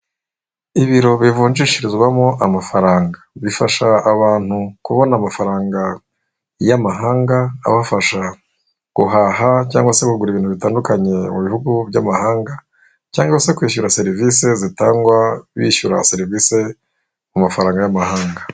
Ibiro bivunjishirizwamo amafaranga bifasha abantu kubona amafaranga y'amahanga abafasha guhaha cyangwa se kugura ibintu bitandukanye mu bihugu by'amahanga cyangwa se kwishyura serivisi zitangwa, bishyura serivisi ku mafaranga y'amahanga.